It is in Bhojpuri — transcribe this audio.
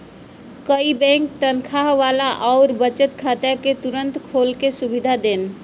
कई बैंक तनखा वाला आउर बचत खाता क तुरंत खोले क सुविधा देन